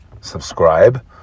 Subscribe